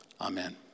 amen